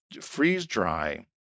freeze-dry